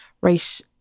race